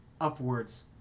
upwards